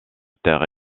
terres